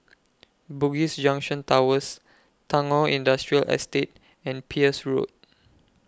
Bugis Junction Towers Tagore Industrial Estate and Peirce Road